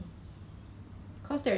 我小时候吃过